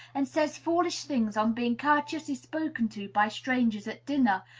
and says foolish things on being courteously spoken to by strangers at dinner,